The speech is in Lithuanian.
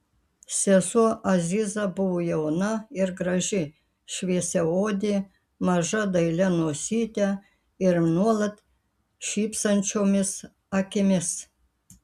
sesuo aziza buvo jauna ir graži šviesiaodė maža dailia nosyte ir nuolat šypsančiomis akimis